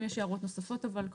אם יש הערות נוספות אבל,